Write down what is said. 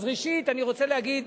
אז ראשית, אני רוצה להגיד,